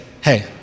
Hey